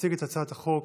יציג את הצעת החוק